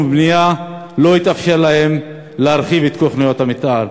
והבנייה לא התאפשר להם להרחיב את תוכניות המתאר.